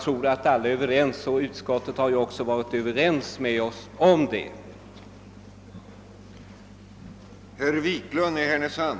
Därom är alla överens, och även utskottet har på den punkten delat vår uppfattning.